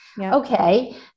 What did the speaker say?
Okay